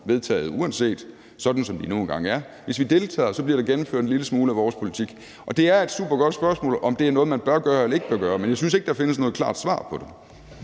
vedtaget alligevel, sådan som det nu engang er. Hvis vi deltager, bliver der gennemført en lille smule af vores politik, og det er et supergodt spørgsmål, om det er noget, man bør gøre eller ikke bør gøre. Men jeg synes ikke, der findes noget klart svar på det.